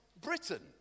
Britain